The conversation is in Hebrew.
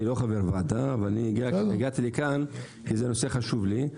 אני לא חבר וועדה והגעתי לכאן כי זה נושא חשוב לי,